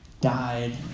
died